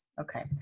Okay